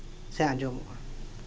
ᱥᱮ ᱟᱡᱚᱢᱚᱜᱼᱟ